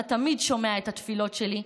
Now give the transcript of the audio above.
על שאתה תמיד שומע את התפילות שלי,